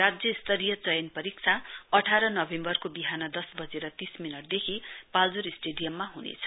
राज्य स्तरीय चयन परीक्षा अठार नोभेम्बरको विहान दस बजेर तीस मिनटदेखि पाल्जोर स्टेडियममा हुनेछ